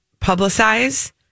publicize